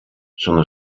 sono